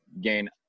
gain